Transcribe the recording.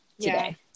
today